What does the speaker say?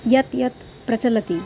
यत् यत् प्रचलति